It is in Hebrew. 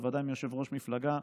ובוודאי מיושב-ראש מפלגה,